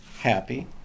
happy